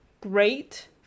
great